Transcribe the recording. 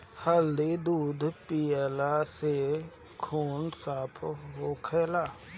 हरदी दूध पियला से खून साफ़ होखेला